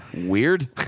weird